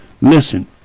Listen